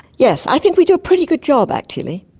yes, i think we do a pretty good job actually.